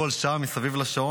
בכל שעה מסביב לשעון,